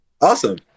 Awesome